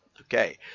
okay